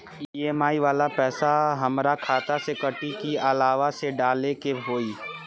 EMI वाला पैसा हाम्रा खाता से कटी की अलावा से डाले के होई?